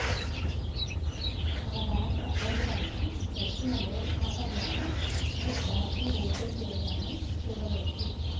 మన bank account పైన వచ్చిన లోన్ ఆఫర్లను నెట్ బ్యాంకింగ్ ఓపెన్ చేయగానే చూడవచ్చు